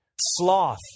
Sloth